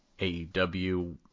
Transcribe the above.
AEW